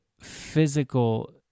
physical